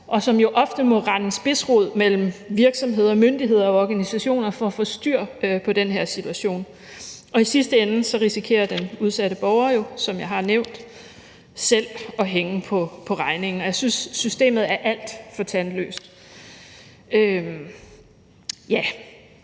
som jo ofte må rende spidsrod mellem virksomheder, myndigheder og organisationer for at få styr på den her situation. I sidste ende risikerer den udsatte borger jo, som jeg har nævnt, selv at hænge på regningen. Jeg synes, at systemet er alt for tandløst. Det